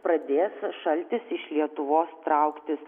pradės šaltis iš lietuvos trauktis